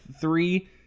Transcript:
three